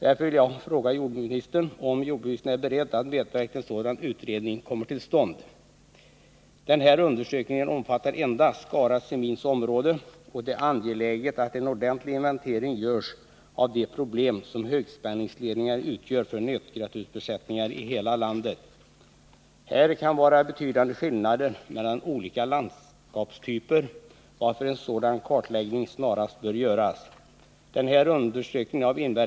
Min fråga är därför: Är jordbruksministern beredd att medverka till att en sådan utredning kommer till stånd? Den undersökning som utförts omfattar endast Skara Semins område, och det är angeläget att en ordentlig inventering görs av de problem som högspänningsledningar utgör för nötkreatursbesättningar i hela landet. Det kan vara betydande skillnader mellan olika landskapstyper, varför en sådan kartläggning snarast bör göras.